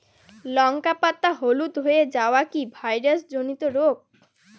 লঙ্কা পাতা হলুদ হয়ে যাওয়া কি ভাইরাস জনিত রোগ?